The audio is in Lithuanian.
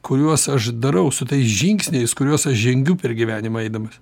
kuriuos aš darau su tais žingsniais kuriuos aš žengiu per gyvenimą eidamas